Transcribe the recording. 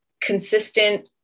consistent